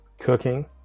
cooking